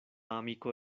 amiko